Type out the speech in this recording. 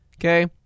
Okay